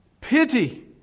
pity